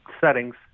settings